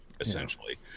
essentially